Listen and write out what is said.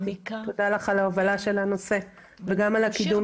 תודה לך על ההובלה של הנושא וגם על הקידום